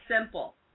simple